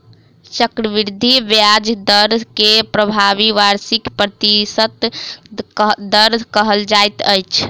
चक्रवृद्धि ब्याज दर के प्रभावी वार्षिक प्रतिशत दर कहल जाइत अछि